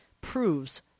proves